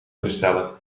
bestellen